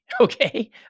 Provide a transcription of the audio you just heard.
Okay